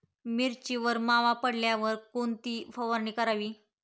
मिरचीवर मावा पडल्यावर कोणती फवारणी करावी?